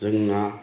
जोंना